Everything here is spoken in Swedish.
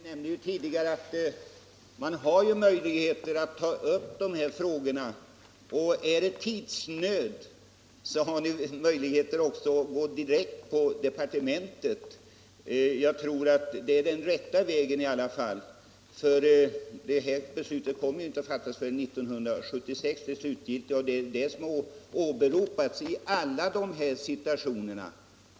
Herr talman! Jag nämnde tidigare att man har möjlighet att ta upp de här frågorna. Är det tidsnöd, kan man även gå direkt till departementet. Jag tror i alla fall att detta är den rätta vägen, eftersom det slutgiltiga beslutet inte kommer att fattas förrän 1976. Det är detta skäl som har upprepats i alla de här situationerna.